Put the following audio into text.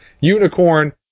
Unicorn